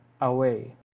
away